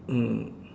mm